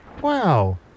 Wow